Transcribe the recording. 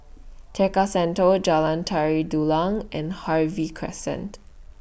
Tekka Centre Jalan Tari Dulang and Harvey Crescent